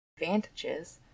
advantages